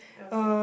okay